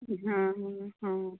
हाँ हाँ